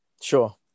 Sure